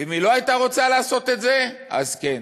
אם היא לא הייתה רוצה לעשות את זה, אז כן,